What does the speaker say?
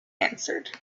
answered